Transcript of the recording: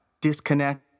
disconnect